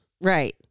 Right